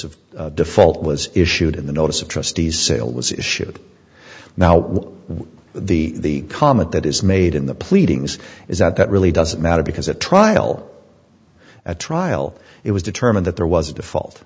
of default was issued in the notice of trustees sale was issued now the comment that is made in the pleadings is that that really doesn't matter because at trial at trial it was determined that there was a default